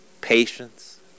patience